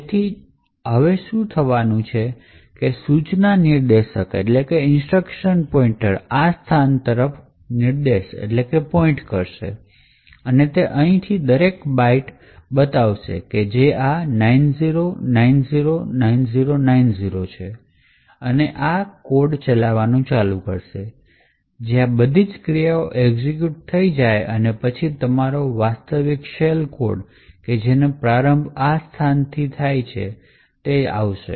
તેથી જે થવાનું છે તે સૂચના નિર્દેશક આ સ્થાન તરફ નિર્દેશ કરશે અને તે અહીંથી દરેક બાઇટ બનાવશે જે આ 90909090 છે અને આ ચલાવવાનું કરશે જેથી આ બધી ક્રિયાઓ એક્ઝિક્યુટ થઈ જાય અને પછી તમારો વાસ્તવિક શેલ કોડ કે જેનો પ્રારંભ આ સ્થાન પછી ચલાવવામાં આવશે